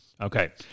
Okay